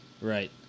Right